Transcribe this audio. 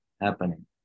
happening